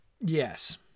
Yes